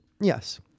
Yes